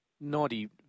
Naughty